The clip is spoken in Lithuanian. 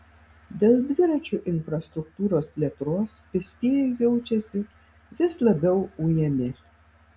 dėl dviračių infrastruktūros plėtros pėstieji jaučiasi vis labiau ujami